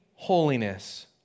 Holiness